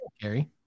Gary